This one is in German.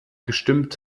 gestimmt